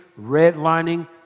redlining